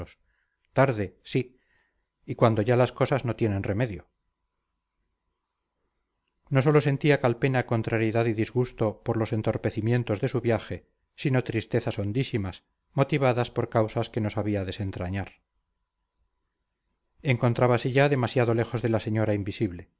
tarde sí y cuando ya las cosas no tienen remedio no sólo sentía calpena contrariedad y disgusto por los entorpecimientos de su viaje sino tristezas hondísimas motivadas por causas que no sabía desentrañar encontrábase ya demasiado lejos de la señora invisible